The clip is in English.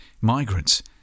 migrants